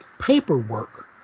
paperwork